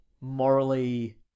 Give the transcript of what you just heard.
morally